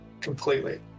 Completely